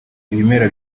ibimera